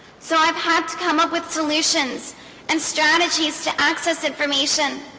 so i've had to come up with solutions and strategies to access information